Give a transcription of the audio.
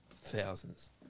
thousands